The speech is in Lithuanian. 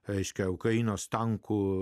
reiškia ukrainos tankų